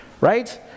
Right